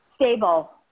stable